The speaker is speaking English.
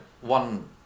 one